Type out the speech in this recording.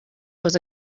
was